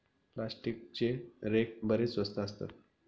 प्लास्टिकचे रेक बरेच स्वस्त असतात